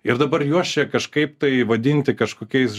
ir dabar juos čia kažkaip tai vadinti kažkokiais